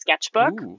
sketchbook